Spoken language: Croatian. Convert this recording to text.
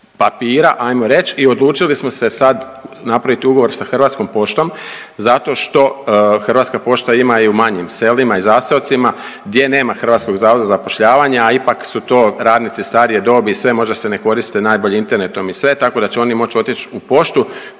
papira, ajmo reći i odlučili smo se sad napraviti ugovor sa Hrvatskom poštom zato što HP ima i u manjim selima i zaseocima gdje nema HZZ-a, a ipak su to radnici starije dobi i sve, možda se ne koriste najbolje internetom i sve, tako da će oni moći otići u poštu